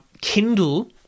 Kindle